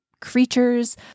creatures